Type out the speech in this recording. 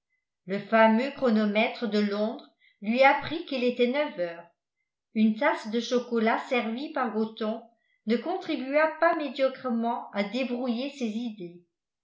le fameux chronomètre de londres lui apprit qu'il était neuf heures une tasse de chocolat servie par gothon ne contribua pas médiocrement à débrouiller ses idées